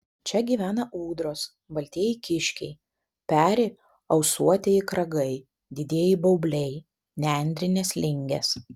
čia gyvena ūdros baltieji kiškiai peri ausuotieji kragai didieji baubliai nendrinės lingės